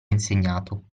insegnato